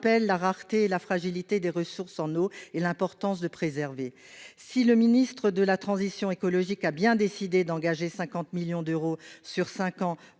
rappellent la rareté et la fragilité de la ressource en eau et l'importance de préserver celle-ci. Si le ministre de la transition écologique a bel et bien décidé d'engager 50 millions d'euros sur cinq